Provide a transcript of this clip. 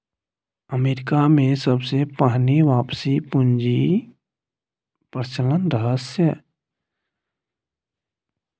अमरीकामे सबसँ पहिने आपसी पुंजीक प्रचलन रहय